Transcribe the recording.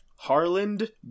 harland